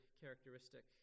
characteristic